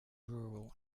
rural